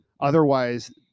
otherwise